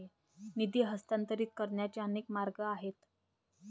निधी हस्तांतरित करण्याचे अनेक मार्ग आहेत